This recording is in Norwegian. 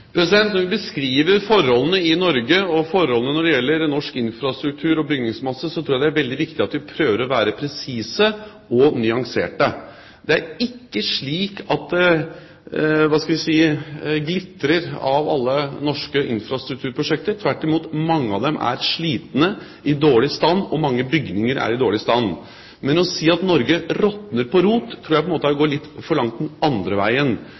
Når vi beskriver forholdene i Norge, og forholdene når det gjelder norsk infrastruktur og bygningsmasse, tror jeg det er veldig viktig at vi prøver å være presise og nyanserte. Det er ikke slik at det glitrer av alle norske infrastrukturprosjekter – tvert imot, mange av dem er slitt og i dårlig stand, og mange bygninger er i dårlig stand. Men å si at Norge «råtner på rot», tror jeg er å gå litt for langt den andre veien.